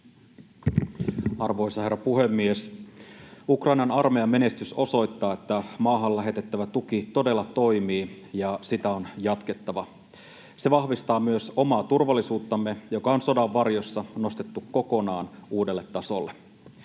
Arvoisa herra puhemies! Ukrainan armeijan menestys osoittaa, että maahan lähetettävä tuki todella toimii ja sitä on jatkettava. Se vahvistaa myös omaa turvallisuuttamme, joka on sodan varjossa nostettu kokonaan uudelle tasolle.